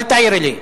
אל תעירי לי.